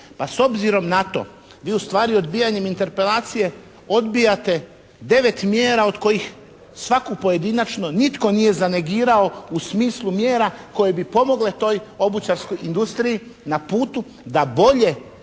Pa s obzirom na to vi ustvari odbijanjem interpelacije odbijate 9 mjera od kojih svaku pojedinačno nitko nije zanegirao u smislu mjera koje bi pomogle toj obućarskoj industriji na putu da bolje